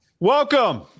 Welcome